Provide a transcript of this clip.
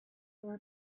were